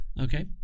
Okay